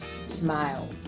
smile